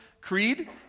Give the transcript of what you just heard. Creed